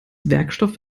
werkstoff